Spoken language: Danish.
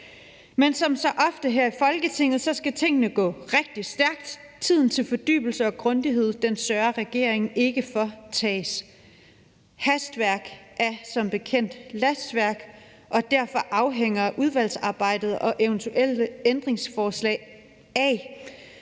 Men som så ofte her i Folketinget skal tingene gå rigtig stærkt. Tiden til fordybelse og grundighed sørger regeringen for ikke bliver taget. Hastværk er som bekendt lastværk, og derfor afhænger udvalgsarbejdet og eventuelle ændringsforslag af,